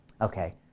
Okay